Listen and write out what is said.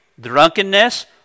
drunkenness